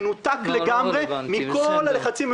מנותק לגמרי מכל הלחצים,